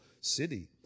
city